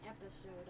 episode